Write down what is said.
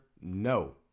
No